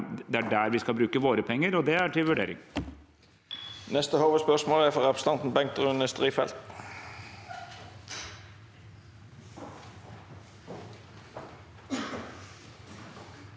det er der vi skal bruke våre penger, og det er til vurdering.